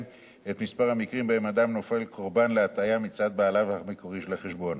את מספר המקרים שבהם אדם נופל קורבן להטעיה מצד בעליו המקורי של החשבון.